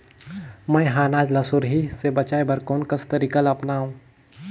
मैं ह अनाज ला सुरही से बचाये बर कोन कस तरीका ला अपनाव?